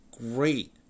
great